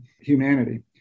humanity